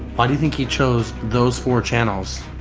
why do you think he chose those four channels?